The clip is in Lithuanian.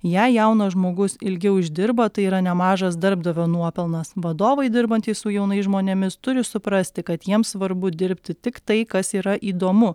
jei jaunas žmogus ilgiau išdirba tai yra nemažas darbdavio nuopelnas vadovai dirbantys su jaunais žmonėmis turi suprasti kad jiems svarbu dirbti tik tai kas yra įdomu